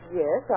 yes